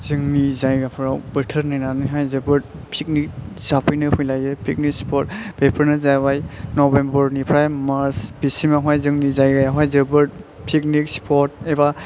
जोंनि जायगाफोराव बोथोर नायनानैहाय जोबोद फिकनिक जाफैनो फैलायो फिकनिक स्फथ बेफोरनो जाबाय नबेम्बरनिफ्राय मार्च बेसिमावहाय जोंनि जायगायावहाय जोबोर फिकनिक स्पद एबा